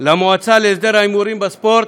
למועצה להסדר ההימורים בספורט,